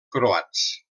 croats